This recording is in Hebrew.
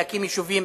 להקים יישובים,